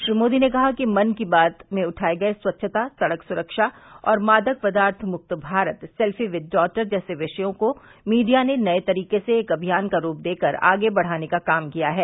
श्री मोदी ने कहा कि मन की बात में उठाए गये स्वच्छता सड़क सुरक्षा और मादक पदार्थ मुक्त भारत सेल्फी विद डॉटर जैसे विषयों को मीडिया ने नये तरीके से एक अभियान का रूप देकर आगे बढ़ाने का काम किया है